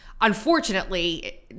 unfortunately